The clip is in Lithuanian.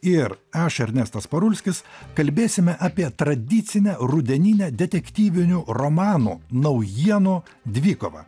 ir aš ernestas parulskis kalbėsime apie tradicinę rudeninę detektyvinių romanų naujienų dvikovą